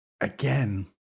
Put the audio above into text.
Again